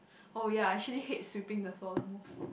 oh ya I actually hate sweeping the floor the most